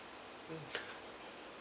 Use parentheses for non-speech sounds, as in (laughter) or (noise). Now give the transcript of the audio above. mm (noise)